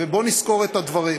ובוא נזכור את הדברים.